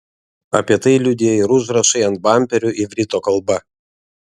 apie tai liudija ir užrašai ant bamperių ivrito kalba